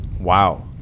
Wow